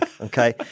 Okay